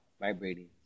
vibrating